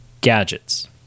gadgets